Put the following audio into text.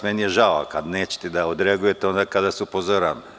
Meni je žao, ali kada nećete da odreagujete onda kada vas upozoravam.